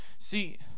See